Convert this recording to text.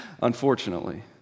unfortunately